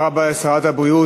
תודה רבה לשרת הבריאות.